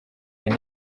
hari